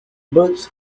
boots